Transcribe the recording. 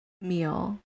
meal